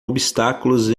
obstáculos